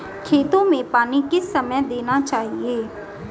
खेतों में पानी किस समय देना चाहिए?